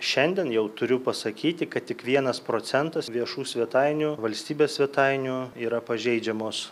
šiandien jau turiu pasakyti kad tik vienas procentas viešų svetainių valstybės svetainių yra pažeidžiamos